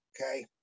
okay